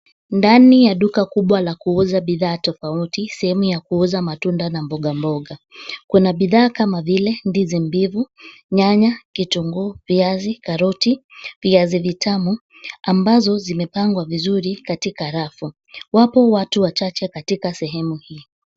Ndani ya duka kubwa la kuuza bidhaa tofauti sehemu ya kuuza matunda na mboga mboga. Kuna bidhaa kama vile ndizi mbivu, nyanya, kitunguu, viazi, karoti, viazi vitamu ambazo zimepangwa vizuri katika rafu. Wapo watu wachache katika sehemu hii.